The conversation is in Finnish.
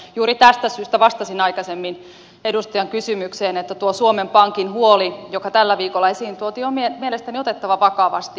juuri tästä syystä vastasin aikaisemmin edustajan kysymykseen että tuo suomen pankin huoli joka tällä viikolla esiin tuotiin on mielestäni otettava vakavasti